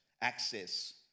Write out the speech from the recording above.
access